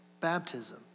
baptism